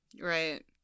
Right